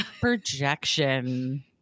projection